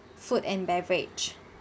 food and beverage